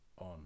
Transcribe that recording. on